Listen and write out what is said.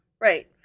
Right